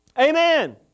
Amen